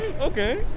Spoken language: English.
Okay